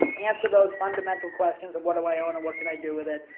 answer those fundamental questions of what do i own? or what can i do with it?